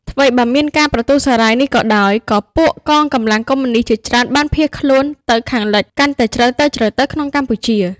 ថ្វីបើមានការប្រទូសរ៉ាយនេះក៏ដោយ ក៏ពួកកងកម្លាំងកុម្មុយនិស្តជាច្រើនបានភៀសខ្លួន ទៅខាងលិចកាន់តែជ្រៅទៅៗក្នុងកម្ពុជា។